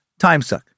timesuck